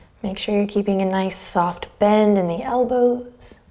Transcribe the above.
make sure you're keeping a nice soft bend in the elbows.